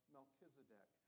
Melchizedek